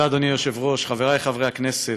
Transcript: תודה, אדוני היושב-ראש, חברי חברי הכנסת,